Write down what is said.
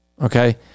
Okay